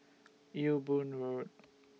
Ewe Boon Road